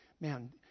Man